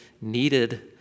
needed